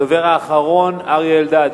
הדובר האחרון, אריה אלדד.